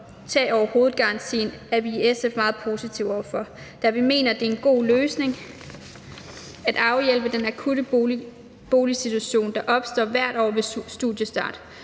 tag over hovedet-garantien, er vi i SF meget positive over for, da vi mener, at det er en god løsning at afhjælpe den akutte boligsituation, der opstår hvert år ved studiestart.